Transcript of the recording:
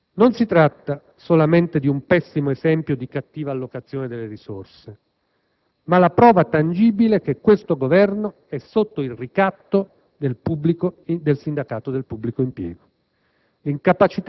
Non si tratta solamente di un pessimo esempio di cattiva allocazione delle risorse, ma la prova tangibile che questo Governo è sotto il ricatto del sindacato del pubblico impiego.